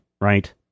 right